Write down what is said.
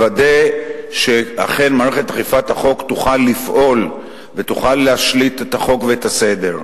לוודא שאכן מערכת אכיפת החוק תוכל לפעול ותוכל להשליט את החוק והסדר.